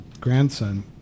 grandson